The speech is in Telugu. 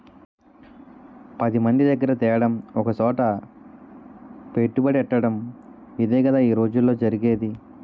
పదిమంది దగ్గిర తేడం ఒకసోట పెట్టుబడెట్టటడం ఇదేగదా ఈ రోజుల్లో జరిగేది